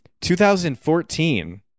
2014